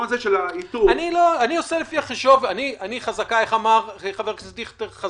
איך אמר חבר הכנסת דיכטר?